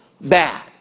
bad